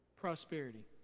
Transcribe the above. prosperity